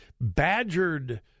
badgered